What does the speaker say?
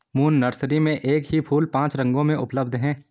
moon Nursery में एक ही फूल पांच रंगों में उपलब्ध है